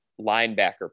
linebacker